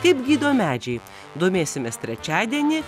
kaip gydo medžiai domėsimės trečiadienį